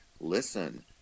listen